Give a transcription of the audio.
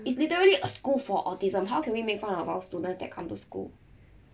it's literally a school for autism how can we make fun of our students that come to school